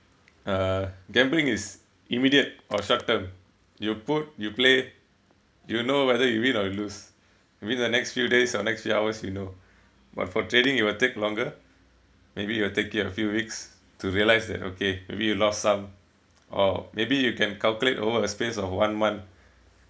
uh gambling is immediate or short term you put you play you know whether you win or lose within the next few days or next few hours you know but for trading it will take longer maybe it will take you a few weeks to realise that okay we lost some or maybe you can calculate over a space of one month